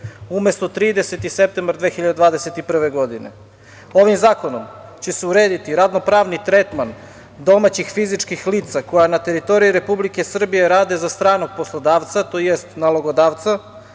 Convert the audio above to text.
umesto 30. septembar 2021. godine. Ovim zakonom će se urediti ravnopravni tretman domaćih fizičkih lica koja na teritoriji Republike Srbije rade za stranog poslodavca, tj. nalogodavca,